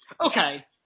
okay